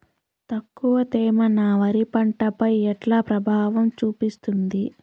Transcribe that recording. తక్కువ తేమ నా వరి పంట పై ఎట్లా ప్రభావం చూపిస్తుంది?